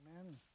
Amen